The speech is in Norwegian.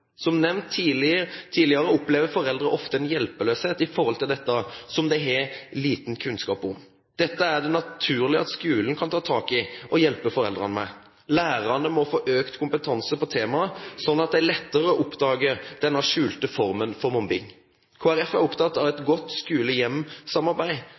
Som nevnt tidligere opplever foreldre ofte en hjelpeløshet overfor det som de har liten kunnskap om. Dette er det naturlig at skolen kan ta tak i og hjelpe foreldrene med. Lærerne må få økt kompetanse på temaet, slik at de lettere oppdager denne skjulte formen for mobbing. Kristelig Folkeparti er opptatt av et godt hjem–skole-samarbeid. Når det kommer til digital mobbing, tror jeg at et tett samarbeid